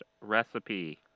recipe